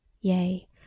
Yea